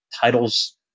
titles